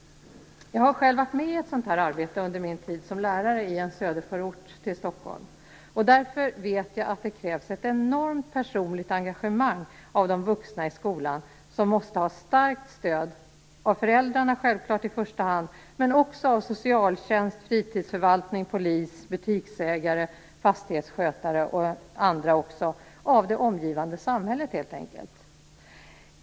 Jag har själv varit med i ett sådant här arbete under min tid som lärare i en söderförort till Stockholm. Därför vet jag att det krävs ett enormt personligt engagemang av de vuxna i skolan. De måste också ha starkt stöd, självfallet av föräldrarna i första hand men också av socialtjänst, fritidsförvaltning, polis, butiksägare, fastighetsskötare och andra - av det omgivande samhället helt enkelt.